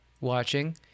watching